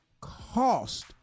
cost